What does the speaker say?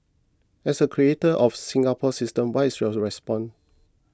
as a creator of Singapore system why is your response